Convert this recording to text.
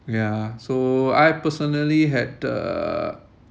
ya so I personally had uh